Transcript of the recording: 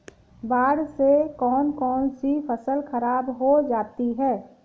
बाढ़ से कौन कौन सी फसल खराब हो जाती है?